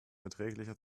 erträglicher